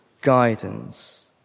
guidance